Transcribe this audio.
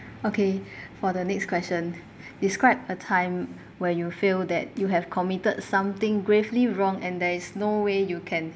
okay for the next question describe a time where you feel that you have committed something gravely wrong and there is no way you can